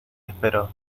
esperó